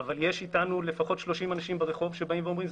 אבל יש איתנו לפחות 30 אנשים ברחוב שאומרים,